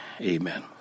Amen